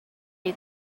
you